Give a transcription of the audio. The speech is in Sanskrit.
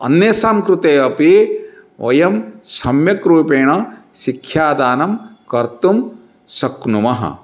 अन्येषां कृते अपि वयं सम्यक् रूपेण शिक्षादानं कर्तुं शक्नुमः